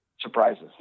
surprises